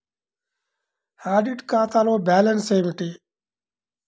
Audit ఖాతాలో balance ఏమిటీ?